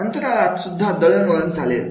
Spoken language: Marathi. अंतराळात सुद्धा दळणवळण चालेल